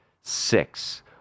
six